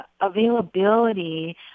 availability